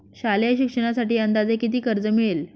शालेय शिक्षणासाठी अंदाजे किती कर्ज मिळेल?